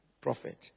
prophet